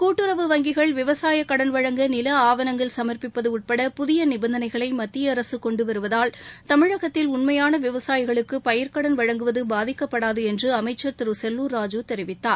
கூட்டுறவு வங்கிகள் விவசாயக் கடன் வழங்க நில ஆவணங்கள் சம்ப்பிப்பது உட்பட புதிய நிபந்தனைகளை மத்திய அரசு கொண்டு வருவதால் தமிழகத்தில் உண்மையான விவசாயிகளுக்கு பயிர்க்கடன் வழங்குவது பாதிக்கப்படாது என்று அமைச்சர் திரு செல்லுர் ராஜூ தெரிவித்தார்